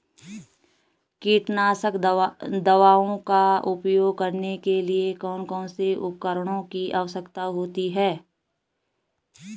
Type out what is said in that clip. कीटनाशक दवाओं का उपयोग करने के लिए कौन कौन से उपकरणों की आवश्यकता होती है?